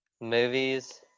movies